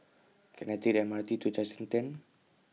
Can I Take The M R T to Junction ten